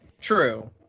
true